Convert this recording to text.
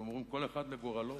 ואומרים: כל אחד לגורלו,